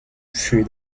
für